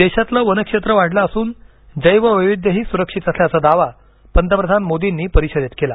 देशातलं वनक्षेत्र वाढलं असून जैववैविध्यही सुरक्षित असल्याचा दावा पंतप्रधान मोदींनी परिषदेत केला